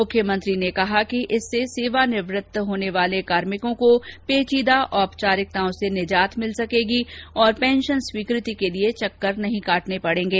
मुख्यमंत्री ने कहा कि इससे सेवानिवृत्त होने वाले कार्मिकों को पेचीदा औपचारिकताओं से निजात मिलेगी और पेंशन स्वीकृति के लिए चक्कर नहीं काटने पड़ेंगे